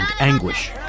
anguish